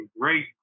great